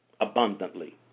abundantly